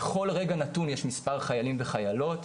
בכל רגע נתון יש מספר חיילים וחיילות,